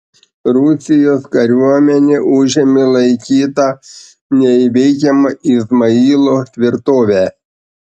rusijos kariuomenė užėmė laikytą neįveikiama izmailo tvirtovę